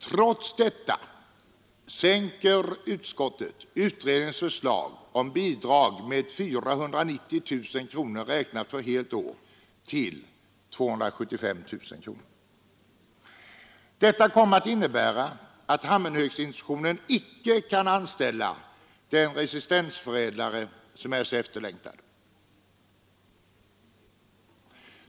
Trots detta vill utskottet att utredningens förslag om bidrag med 490 000 kronor, räknat för helt år, skall sänkas till 275 000 kronor. Detta kommer att innebära att Hammenhösgsinstitutionen inte kan anställa den resistensförädlare som är så efterlängtad.